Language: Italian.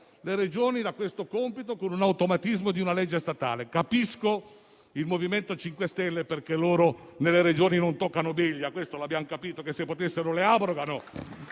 esautorarle da questo compito, con l'automatismo di una legge statale. Capisco il MoVimento 5 Stelle, perché loro nelle Regioni non toccano biglia. Questo lo abbiamo capito: se potessero le abrogherebbero